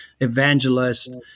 evangelist